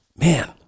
Man